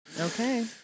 Okay